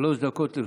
שלוש דקות לרשותך.